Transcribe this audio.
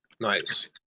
nice